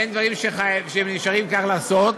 אין דברים שהם נשארים, כך לעשות.